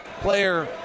player